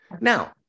Now